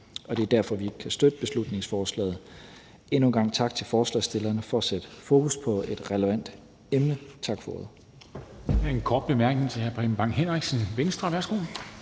og det er derfor, vi ikke kan støtte beslutningsforslaget. Endnu en gang tak til forslagsstillerne for at sætte fokus på et relevant emne. Tak for ordet.